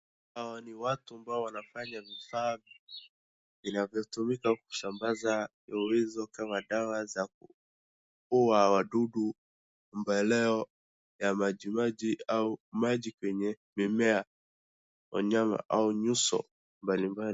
Hawa ni watu ambao wanafanya vifaa vinavyotumika kusambaza vioevu kama dawa za kuua wadudu, mboleo ya majimaji au maji kwenye mimea, wanyama au nyuso mbalimbali.